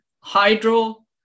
hydro